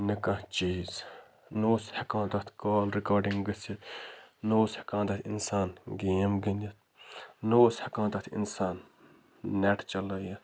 نَہ کانٛہہ چیٖز نَہ اوس ہٮ۪کان تتہ کال رِکاڈِنٛگ گٔژھِتھ نہٕ اوس ہٮ۪کان تتھ اِنسان گیم گِنٛدِتھ نہٕ اوس ہٮ۪کان تتھ اِنسان نٮ۪ٹ چلٲوِتھ